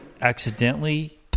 accidentally